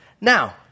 Now